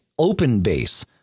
OpenBase